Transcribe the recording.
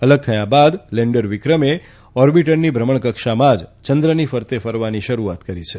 અલગ થયા બાદ લેન્ડર વિક્રમે ઓર્બીટરની ભ્રમણકક્ષામાંજ ચંદ્રની ફરતે ફરવાની શરૂઆત કરી છે